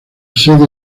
sede